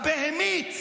הבהמית,